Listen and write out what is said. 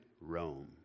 Rome